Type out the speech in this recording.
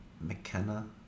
McKenna